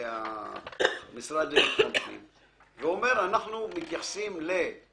קודם כול, גם